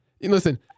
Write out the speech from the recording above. Listen